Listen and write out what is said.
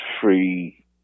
Free